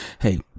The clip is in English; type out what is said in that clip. Hey